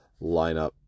lineup